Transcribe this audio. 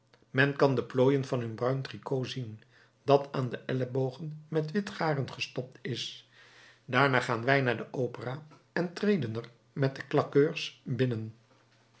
men kan de plooien van hun bruin tricot zien dat aan de ellebogen met wit garen gestopt is daarna gaan wij naar de opera en treden er met de claqueurs binnen